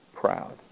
proud